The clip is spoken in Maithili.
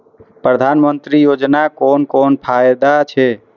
प्रधानमंत्री योजना कोन कोन फायदा छै?